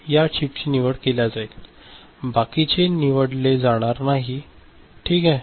आणि या चिपची निवड केली जाईल बाकीचे निवडले जाणार नाहीत ठीक आहे